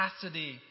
capacity